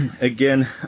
again